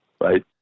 Right